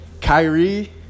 Kyrie